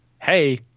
hey